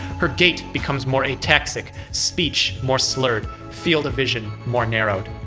her gait becomes more ataxic, speech more slurred, field of vision more narrowed.